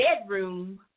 bedroom